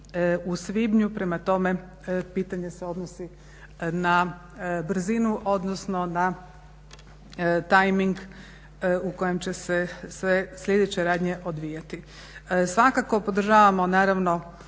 u svibnju, prema tome pitanje se odnosi na brzinu odnosno na tajming u kojem će se sve sljedeće radnje odvijati. Svakako podržavamo naravno